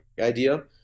idea